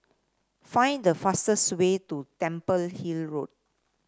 find the fastest way to Temple Hill Road